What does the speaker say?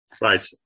right